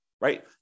right